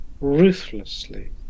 ruthlessly